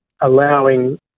allowing